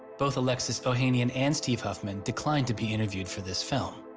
both alexis ohanian and steve huffman declined to be interviewed for this film